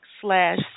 slash